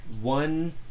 one